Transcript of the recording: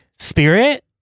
spirit